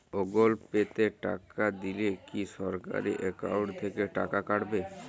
Google Pay তে টাকা দিলে কি সরাসরি অ্যাকাউন্ট থেকে টাকা কাটাবে?